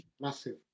massive